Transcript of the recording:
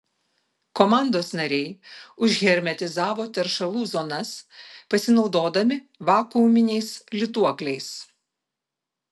komandos nariai užhermetizavo teršalų zonas pasinaudodami vakuuminiais lituokliais